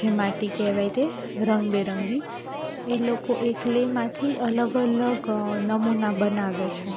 જે માટી કહેવાય તે રંગબેરંગી એ લોકો એ ક્લેમાંથી અલગ અલગ નમૂના બનાવે છે